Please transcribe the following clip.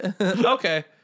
Okay